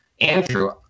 Andrew